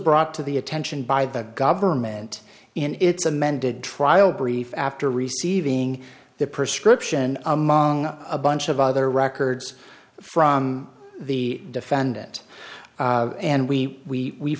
brought to the attention by the government in its amended trial brief after receiving the prescription among a bunch of other records from the defendant and we